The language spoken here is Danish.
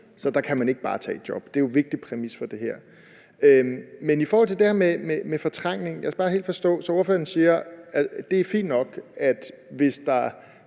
så der kan man ikke bare tage et job. Det er jo en vigtig præmis for det her. Men i forhold til det her med fortrængning skal jeg bare forstå det helt. Ordføreren siger, at det er fint nok, hvis der